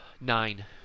Nine